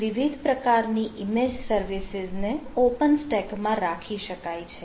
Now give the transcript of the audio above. અહીં વિવિધ પ્રકારની ઈમેજ સર્વિસીઝને ઓપન સ્ટેક માં રાખી શકાય છે